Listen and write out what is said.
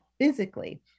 physically